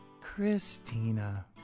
Christina